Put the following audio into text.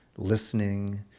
listening